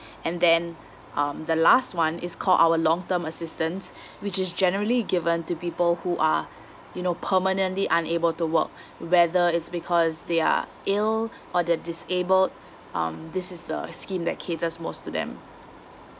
and then um the last one is called our long term assistance which is generally given to people who are you know permanently unable to work whether it's because they're ill or they're disabled um this is the scheme that caters most to them